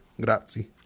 Grazie